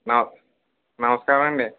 నమ నమస్కారమండి